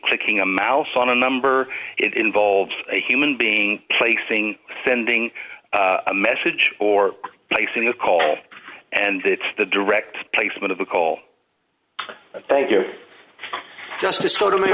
clicking a mouse on a number it involves a human being placing sending a message or placing the call and it's the direct placement of the call thank you just